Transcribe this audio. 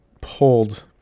pulled